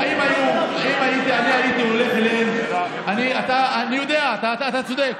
אם אני הייתי הולך אליהם, אני יודע, אתה צודק.